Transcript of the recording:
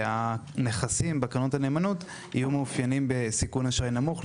שהנכסים בקרנות הנאמנות יהיו מאופיינים בסיכון אשראי נמוך,